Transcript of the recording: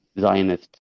Zionist